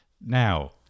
now